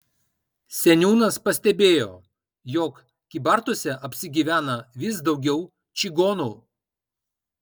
seniūnas pastebėjo jog kybartuose apsigyvena vis daugiau čigonų